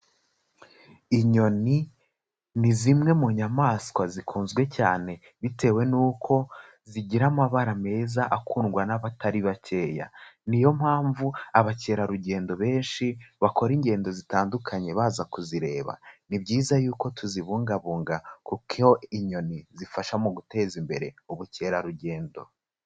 Inyoni ni zimwe mu nyamaswa zikunzwe cyane bitewe n'uko zigira amabara meza akundwa n'abatari bakeya. Ni yo mpamvu abakerarugendo benshi bakora ingendo zitandukanye baza kuzireba. Ni byiza yuko tuzibungabunga kuko inyoni zifasha mu guteza imbere ubukerarugendo.